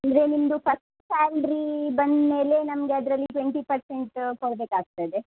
ಅಂದರೆ ನಿಮ್ಮದು first salary ಬಂದಮೇಲೆ ನಮಗೆ ಅದರಲ್ಲಿ ಟ್ವೆಂಟಿ ಪರ್ಸೆಂಟ್ ಕೊಡಬೇಕಾಗ್ತದೆ